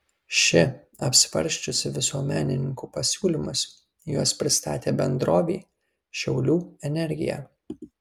ši apsvarsčiusi visuomenininkų pasiūlymus juos pristatė bendrovei šiaulių energija